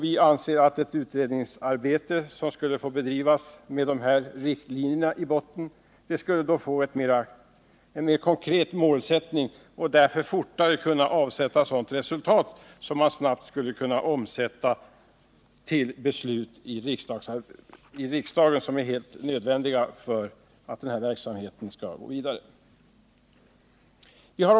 Vi anser att ett utredningsarbete som bedrivs i enlighet med dessa riktlinjer skulle få en mer konkret inriktning och därför snabbare skulle avsätta resultat, som kan omsättas i beslut i riksdagen, något som är helt nödvändigt för att denna verksamhet skall kunna gå vidare.